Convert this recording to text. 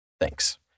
Thanks